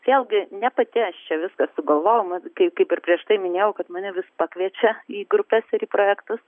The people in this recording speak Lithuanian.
vėlgi ne pati aš čia viską sugalvojau mat kaip kaip ir prieš tai minėjau kad mane vis pakviečia į grupes ir projektus